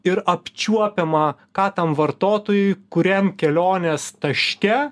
ir apčiuopiama ką tam vartotojui kuriam kelionės taške